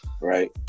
Right